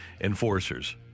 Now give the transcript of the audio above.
enforcers